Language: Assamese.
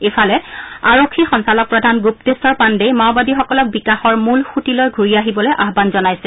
ইফালে আৰক্ষী সঞ্চালক প্ৰধান গুপ্তেশ্বৰ পাণ্ডেই মাওবাদীসকলক বিকাশৰ মূল সূঁতিলৈ ঘূৰি আহিবলৈ আহান জনাইছে